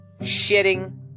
shitting